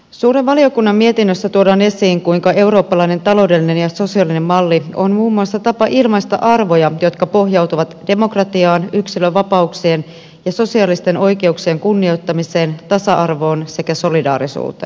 suuren valiokunnan mietinnössä tuodaan esiin kuinka eurooppalainen taloudellinen ja sosiaalinen malli on muun muassa tapa ilmaista arvoja jotka pohjautuvat demokratiaan yksilönvapauksien ja sosiaalisten oikeuksien kunnioittamiseen tasa arvoon sekä solidaarisuuteen